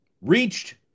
reached